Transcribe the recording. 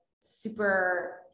super